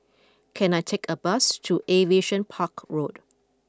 can I take a bus to Aviation Park Road